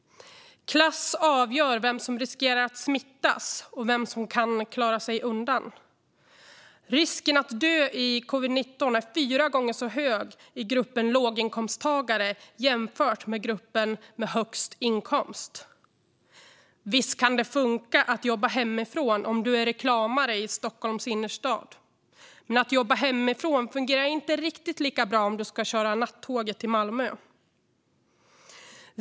Klass avgör vem som riskerar att smittas och vem som kan klara sig undan. Risken att dö i covid-19 är fyra gånger så hög i gruppen låginkomsttagare som i gruppen med högst inkomst. Visst kan det funka att jobba hemifrån om du är reklamare i Stockholms innerstad, men att jobba hemifrån fungerar inte riktigt lika bra om du ska köra nattåget till Malmö.